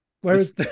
Whereas